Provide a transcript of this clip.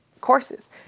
Courses